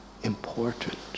important